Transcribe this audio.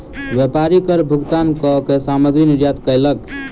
व्यापारी कर भुगतान कअ के सामग्री निर्यात कयलक